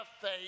faith